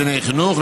דיני חינוך,